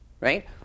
right